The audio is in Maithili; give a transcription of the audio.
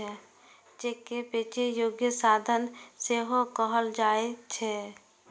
चेक कें बेचै योग्य साधन सेहो कहल जाइ छै